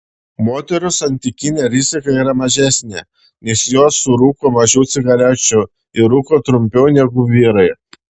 moterų santykinė rizika yra mažesnė nes jos surūko mažiau cigarečių ir rūko trumpiau negu vyrai